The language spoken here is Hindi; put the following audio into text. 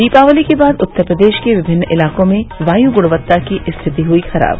दीपावली के बाद उत्तर भारत के विभिन्न इलाकों में वायु गुणवत्ता की स्थिति हुई खराब